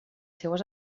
seues